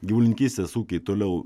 gyvulininkystės ūkiai toliau